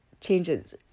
changes